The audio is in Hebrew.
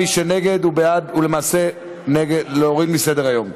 מי שנגד הוא למעשה בעד להוריד מסדר-היום.